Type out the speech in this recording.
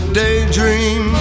daydream